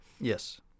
Yes